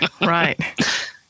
right